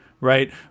Right